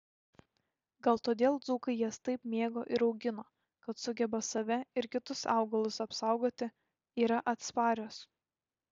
gal todėl dzūkai jas taip mėgo ir augino kad sugeba save ir kitus augalus apsaugoti yra atsparios